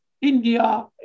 India